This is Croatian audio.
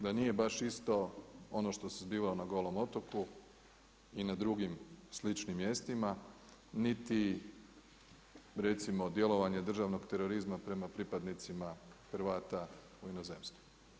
Da nije baš isto ono što se zbivalo na Golom otoku i na drugim sličnim mjestima niti recimo djelovanje državnog terorizma prema pripadnicima Hrvata u inozemstvu.